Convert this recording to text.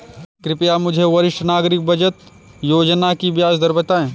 कृपया मुझे वरिष्ठ नागरिक बचत योजना की ब्याज दर बताएं